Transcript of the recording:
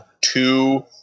two